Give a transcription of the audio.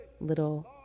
little